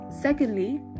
Secondly